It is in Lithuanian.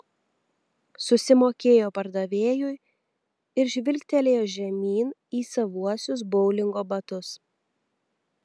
susimokėjo pardavėjui ir žvilgtelėjo žemyn į savuosius boulingo batus